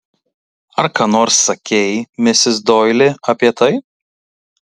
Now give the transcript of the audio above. ar ką nors sakei misis doili apie tai